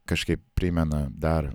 kažkaip primena dar